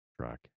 track